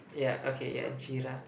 ya okay ya jeera